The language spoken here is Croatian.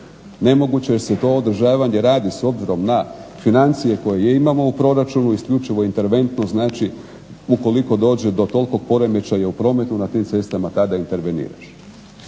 Nemoguće jer se to održavanje radi s obzirom na financije koje imamo u proračunu isključivo interventno, znači ukoliko dođe do tolikog poremećaja u prometu na tim cestama tada interveniraš.